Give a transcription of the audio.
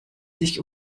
sich